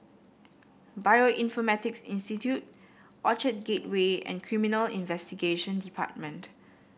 Bioinformatics Institute Orchard Gateway and Criminal Investigation Department